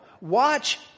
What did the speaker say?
watch